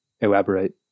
Elaborate